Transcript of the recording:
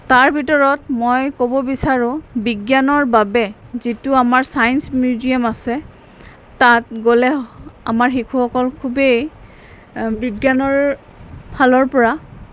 তাৰ ভিতৰত মই ক'ব বিচাৰোঁ বিজ্ঞানৰ বাবে যিটো আমাৰ ছায়েঞ্চ মিউজিয়াম আছে তাত গ'লে আমাৰ শিশুসকল খুবেই বিজ্ঞানৰফালৰপৰা